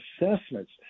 assessments